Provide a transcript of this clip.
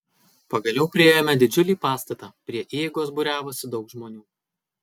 pagaliau priėjome didžiulį pastatą prie įeigos būriavosi daug žmonių